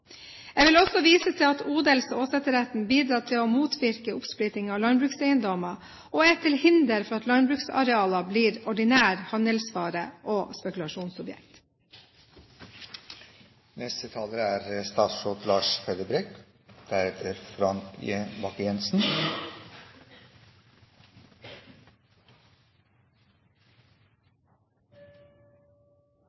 Jeg vil også vise til at odels- og åsetesretten bidrar til å motvirke oppsplitting av landbrukseiendommer og er til hinder for at landbruksarealer blir ordinær handelsvare og spekulasjonsobjekt.